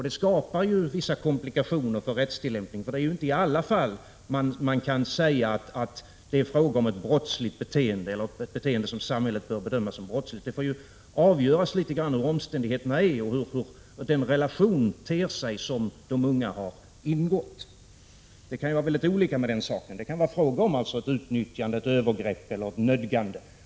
Detta skapar vissa komplikationer då det gäller rättstillämpningen, eftersom man inte i alla fall kan säga att det är fråga om ett beteende som samhället bör bedöma som brottsligt. Omständigheterna och hur relationen ter sig som de unga har ingått måste få avgöra om det är fråga om ett brottsligt beteende. Det kan förhålla sig på olika sätt. Det kan vara fråga om ett utnyttjande, ett övergrepp eller ett nödgande.